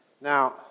Now